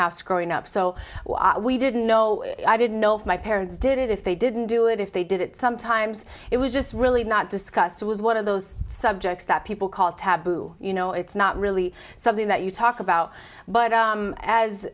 house growing up so we didn't know i didn't know if my parents did it if they didn't do it if they did it sometimes it was just really not discussed it was one of those subjects that people call taboo you know it's not really something that you talk about but as as